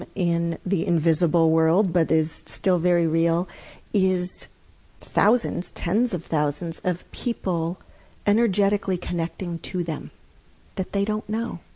and in the invisible world but it's still very real is thousands, tens of thousands of people energetically connecting to them that they don't know.